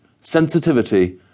sensitivity